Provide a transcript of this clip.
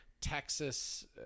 Texas